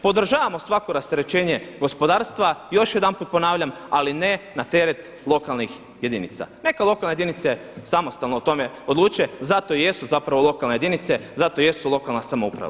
Podržavamo svako rasterećenje gospodarstva, još jedanput ponavljam ali ne na teret lokalnih jedinica, neka lokalne jedinice samostalno o tome odluče, zato i jesu zapravo lokalne jedinice, zato i jesu lokalna samouprava.